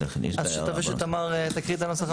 אז שתמר תקריא את הנוסח.